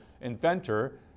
inventor